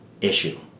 issue